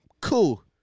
cool